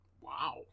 Wow